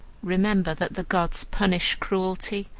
remember that the gods punish cruelty,